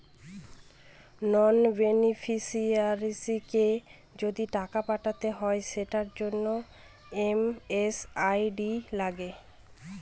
নন বেনিফিশিয়ারিকে যদি টাকা পাঠাতে হয় সেটার জন্য এম.এম.আই.ডি লাগে